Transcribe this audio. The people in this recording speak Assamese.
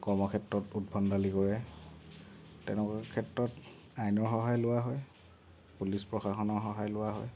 কৰ্মক্ষেত্ৰত উদ্ভণ্ডালি কৰে তেনেকুৱা ক্ষেত্ৰত আইনৰ সহায় লোৱা হয় পুলিচ প্ৰশাসনৰ সহায় লোৱা হয়